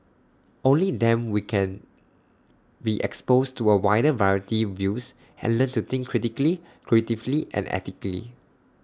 only them we can be exposed to A wider variety views and learn to think critically creatively and ethically